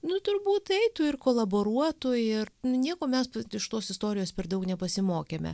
nu turbūt eitų ir kolaboruotų ir nu nieko mes iš tos istorijos per daug nepasimokėme